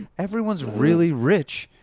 everyone's really rich.